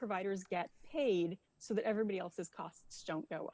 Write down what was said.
providers get paid so that everybody else is costs don't go